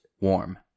warm